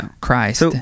Christ